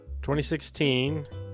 2016